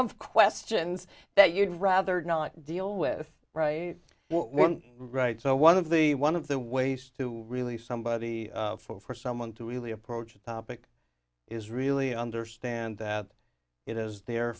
of questions that you'd rather not deal with right one right so one of the one of the ways to really somebody for someone to really approach a topic is really understand that it is their